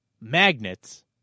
magnets